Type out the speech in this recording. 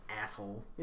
asshole